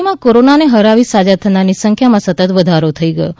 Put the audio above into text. રાજ્યમાં કોરોનાને હરાવી સાજા થનારાની સંખ્યામાં સતત વધારો થઈ રહ્યો છે